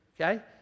okay